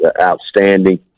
outstanding